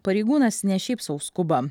pareigūnas ne šiaip sau skuba